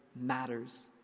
matters